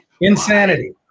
Insanity